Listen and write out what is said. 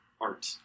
art